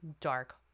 dark